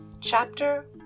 Chapter